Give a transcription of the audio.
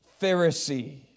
Pharisee